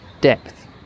depth